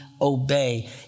obey